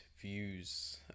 views